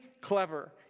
clever